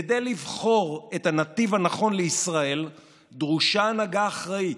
כדי לבחור את הנתיב הנכון לישראל דרושה הנהגה אחראית,